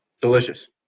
Delicious